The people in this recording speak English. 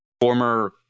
former